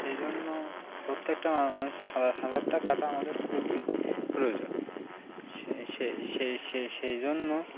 সেজন্য প্রত্যেকটা মানুষের সাঁতারটা কাটা আমাদের খুবই প্রয়োজন সে সে সে সে সেজন্য